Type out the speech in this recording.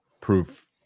proof